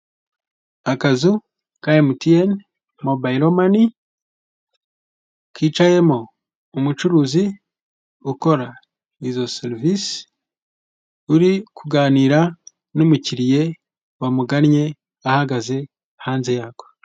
Akazu ka MTN mobile money kicayemo umucuruzi ukora izo serivisi, uri kuganira n'umukiriya wamugannye ahagaze hanze yako.